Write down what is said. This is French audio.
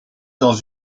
dans